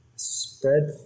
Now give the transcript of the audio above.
Spread